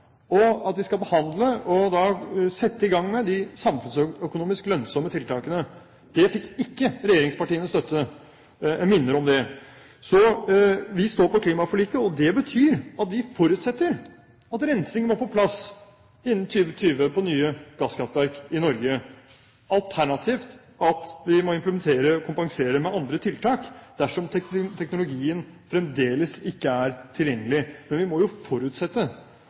for at de skal oppfylle klimaforliket. Jeg blir ganske provosert over den kritikken som blir Høyre til del, når da klimameldingen er utsatt, og vi ikke får noen konkrete tiltak før i 2013. Vi har foreslått i dag igangsetting av samfunnsøkonomisk lønnsomme tiltak. Det fikk ikke regjeringspartienes støtte. Jeg minner om det. Så vi står på klimaforliket, og det betyr at vi forutsetter at rensing må på plass innen 2020 på nye gasskraftverk i Norge, alternativt at vi